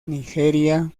nigeria